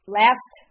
last